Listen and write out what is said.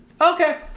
Okay